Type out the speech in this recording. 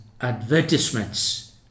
advertisements